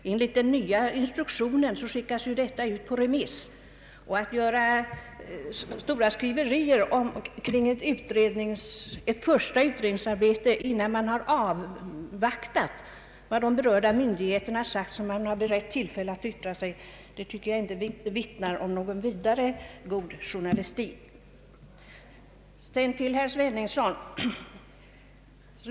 Enligt den nya instruktionen skickas promemorian ut på remiss. Att ställa till med stora skriverier kring ett första utredningsarbete utan att avvakta vad de berörda myndigheter som beretts tillfälle att yttra sig har sagt, det tycker jag inte vittnar om någon god journalistik.